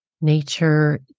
nature